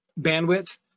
bandwidth